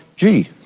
gee,